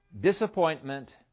disappointment